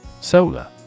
Solar